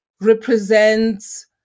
represents